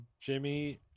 Jimmy